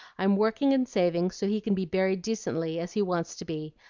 i'm working and saving so he can be buried decently, as he wants to be,